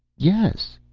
yes,